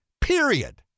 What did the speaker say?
period